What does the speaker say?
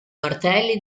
martelli